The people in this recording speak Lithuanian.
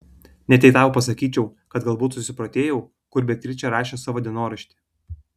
net jei tau pasakyčiau kad galbūt susiprotėjau kur beatričė rašė savo dienoraštį